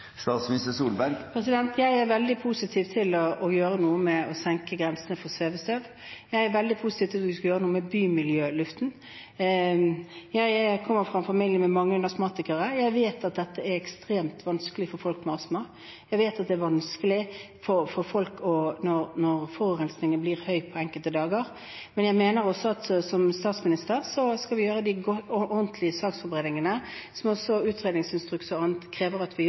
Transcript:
Jeg er veldig positiv til å gjøre noe for å senke grensene for svevestøv. Jeg er veldig positiv til at vi skal gjøre noe med bymiljøluften. Jeg kommer fra en familie med mange astmatikere, jeg vet at dette er ekstremt vanskelig for folk med astma, og jeg vet at det er vanskelig for folk når forurensningen blir høy på enkelte dager. Men jeg mener også, som statsminister, at vi skal gjøre ordentlige saksforberedelser, som også utredningsinstrukser og annet krever at vi gjør,